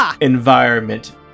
environment